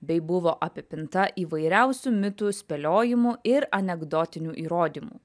bei buvo apipinta įvairiausių mitų spėliojimų ir anekdotinių įrodymų